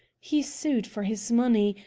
he sued for his money,